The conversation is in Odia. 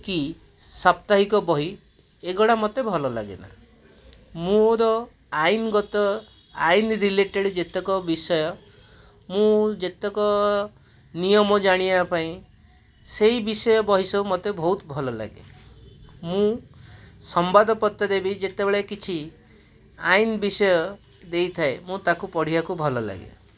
କି ସାପ୍ତାହିକ ବହି ଏଗୁଡ଼ା ମୋତେ ଭଲ ଲାଗେନା ମୋର ଆଇନଗତ ଆଇନ ରିଲେଟେଡ଼୍ ଯେତକ ବିଷୟ ମୁଁ ଯେତେକ ନିୟମ ଜାଣିବା ପାଇଁ ସେଇ ବିଷୟ ବହି ସବୁ ମୋତେ ବହୁତ ଭଲ ଲାଗେ ମୁଁ ସମ୍ବାଦପତ୍ରରେ ବି ଯେତେବେଳେ କିଛି ଆଇନ ବିଷୟ ଦେଇଥାଏ ମୁଁ ତାକୁ ପଢ଼ିବାକୁ ଭଲ ଲାଗେ